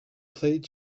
played